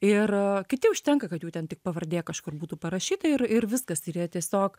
ir a kiti užtenka kad jų ten tik pavardė kažkur būtų parašyta ir ir viskas ir jie tiesiog